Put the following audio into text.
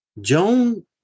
joan